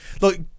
look